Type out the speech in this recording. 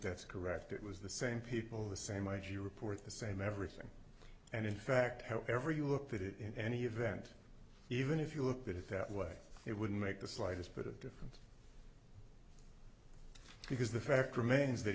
that's correct it was the same people the same i g report the same everything and in fact however you look at it in any event even if you look at it that way it wouldn't make the slightest bit of difference because the fact remains that